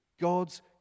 God's